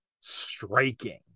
striking